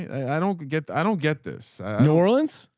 i don't get, i don't get this new orleans.